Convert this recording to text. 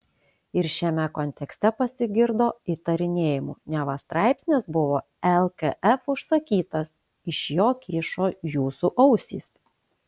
ir šiame kontekste pasigirdo įtarinėjimų neva straipsnis buvo lkf užsakytas iš jo kyšo jūsų ausys